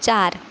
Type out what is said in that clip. चार